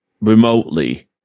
remotely